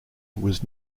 was